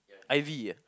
I_V ah